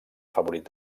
favorit